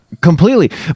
completely